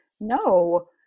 No